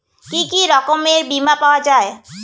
কি কি রকমের বিমা পাওয়া য়ায়?